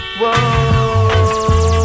whoa